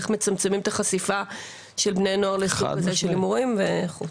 איך מצמצמים את החשיפה של בני נוער להימורים וכדומה.